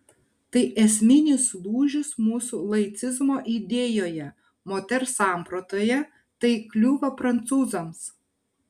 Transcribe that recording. tai esminis lūžis mūsų laicizmo idėjoje moters sampratoje tai kliūva prancūzams